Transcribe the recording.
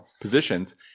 positions